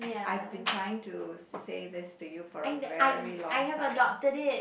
I been trying to say this to you for a very long time